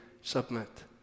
submit